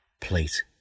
plate